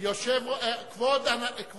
התשובה היא לא, כבוד השר,